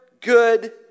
good